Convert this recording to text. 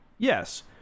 Yes